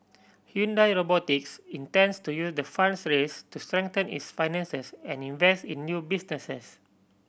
Hyundai Robotics intends to use the funds raise to strengthen its finances and invest in new businesses